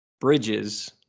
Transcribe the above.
Bridges